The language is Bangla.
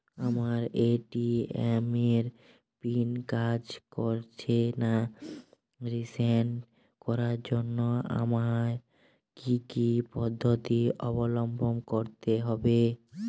আমার এ.টি.এম এর পিন কাজ করছে না রিসেট করার জন্য আমায় কী কী পদ্ধতি অবলম্বন করতে হবে?